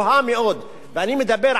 אני מדבר על עלות יחסית,